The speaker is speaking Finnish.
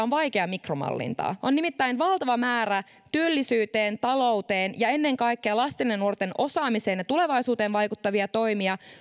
on vaikea mikromallintaa on nimittäin valtava määrä työllisyyteen talouteen ja ennen kaikkea lasten ja nuorten osaamiseen ja tulevaisuuteen vaikuttavia toimia